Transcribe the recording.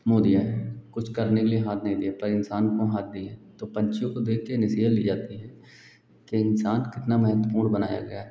और वह दिया है कुछ करने के लिए हाथ नहीं दिया पर इंसान का हाथ भी है तो पक्षियों को देख कर नसीहत ली जाती है कि इंसान कितना महत्वपूर्ण बनाया गया है